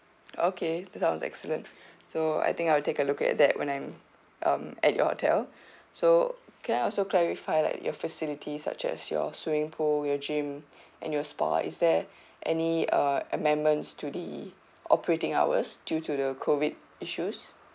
okay that sounds excellent so I think I will take a look at that when I'm um at your hotel so can I also clarify like your facilities such as your swimming pool your gym and your spa is there any uh amendments to the operating hours due to the COVID issues